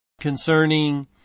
Concerning